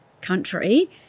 country